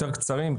יותר קצרים.